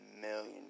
million